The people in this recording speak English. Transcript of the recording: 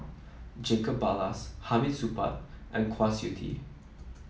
Jacob Ballas Hamid Supaat and Kwa Siew Tee